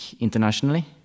internationally